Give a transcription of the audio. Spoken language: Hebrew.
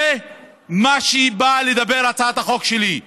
על זה היא באה לדבר, הצעת החוק שלי.